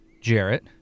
Jarrett